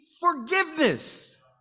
forgiveness